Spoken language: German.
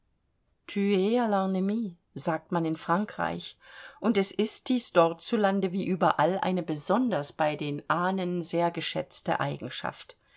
sagt man in frankreich und es ist dies dort zu lande wie überall eine besonders bei den ahnen sehr geschätzte eigenschaft